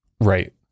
Right